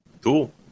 Cool